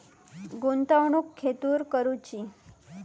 गुंतवणुक खेतुर करूची?